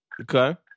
Okay